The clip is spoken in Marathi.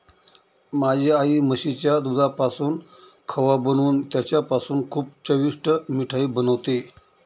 माझी आई म्हशीच्या दुधापासून खवा बनवून त्याच्यापासून खूप चविष्ट मिठाई बनवते